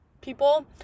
people